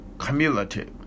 cumulative